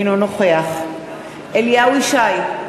אינו נוכח אליהו ישי,